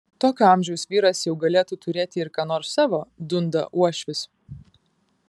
tokio amžiaus vyras jau galėtų turėti ir ką nors savo dunda uošvis